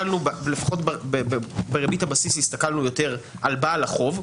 לפחות בריבית הבסיס אנחנו הסתכלנו יותר על בעל החוב,